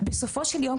בסופו של יום,